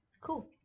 Cool